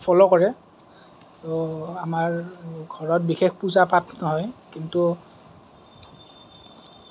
follow কৰে ত' আমাৰ ঘৰত বিশেষ পূজা পাঠ নহয় কিন্তু